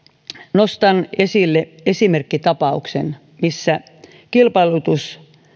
nostan esille esimerkkitapauksen missä kilpailutus